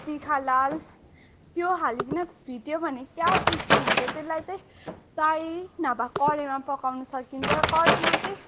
तिखालाल त्यो हालिकन फिट्यो भने क्या टेस्टी हुन्छ त्यसलाई चाहिँ ताई नभए कराईमा पकाउनु सकिन्छ कराईमा चाहिँ